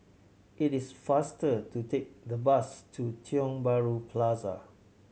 it is faster to take the bus to Tiong Bahru Plaza